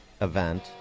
event